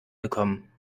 gekommen